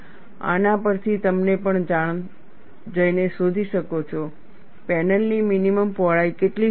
આના પરથી તમે પણ જઈને શોધી શકો છો પેનલની મિનિમમ પહોળાઈ કેટલી હોઈ શકે